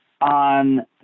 on